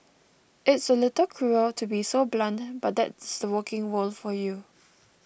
it's a little cruel to be so blunt but that's the working world for you